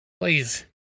Please